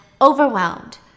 overwhelmed